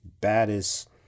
baddest